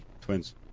Twins